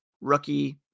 Rookie